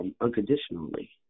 Unconditionally